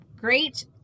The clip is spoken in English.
great